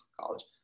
college